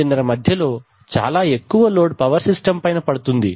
30 మధ్యలో చాలా ఎక్కువ లోడ్ పవర్ సిస్టం పైన పడుతుంది